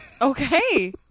Okay